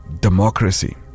democracy